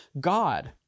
God